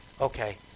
Okay